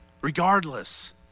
Regardless